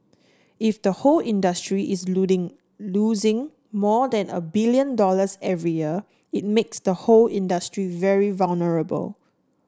if the whole industry is losing losing more than a billion dollars every year it makes the whole industry very vulnerable